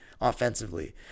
offensively